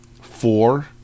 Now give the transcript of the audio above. four